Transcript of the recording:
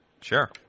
Sure